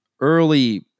Early